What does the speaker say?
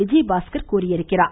விஜயபாஸ்கர் தெரிவித்துள்ளார்